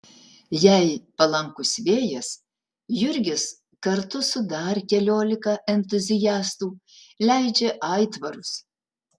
jei palankus vėjas jurgis kartu su dar keliolika entuziastų leidžia aitvarus